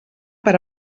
per